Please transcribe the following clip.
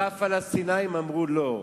והפלסטינים אמרו לא.